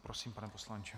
Prosím, pane poslanče.